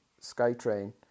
SkyTrain